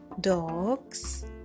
dogs